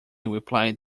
replied